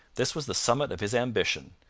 this was the summit of his ambition,